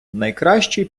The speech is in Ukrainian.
найкращий